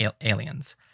Aliens